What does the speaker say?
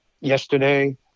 Yesterday